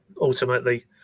ultimately